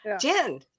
Jen